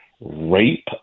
rape